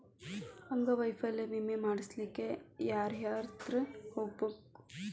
ಅಂಗವೈಫಲ್ಯ ವಿಮೆ ಮಾಡ್ಸ್ಲಿಕ್ಕೆ ಯಾರ್ಹತ್ರ ಹೊಗ್ಬ್ಖು?